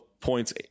points